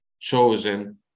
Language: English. chosen